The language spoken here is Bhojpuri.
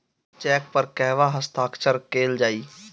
चेक पर कहवा हस्ताक्षर कैल जाइ?